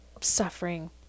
suffering